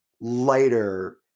lighter